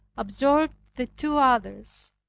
absorbed the two others,